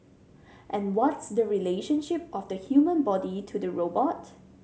and what's the relationship of the human body to the robot